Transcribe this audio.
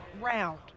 round